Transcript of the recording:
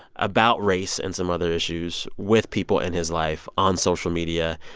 about race and some other issues, with people in his life on social media.